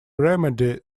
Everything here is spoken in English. remedy